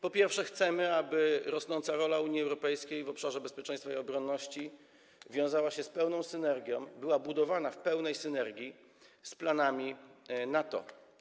Po pierwsze, chcemy, aby rosnąca rola Unii Europejskiej w obszarze bezpieczeństwa i obronności wiązała się z pełną synergią, była budowana w pełnej synergii z planami NATO.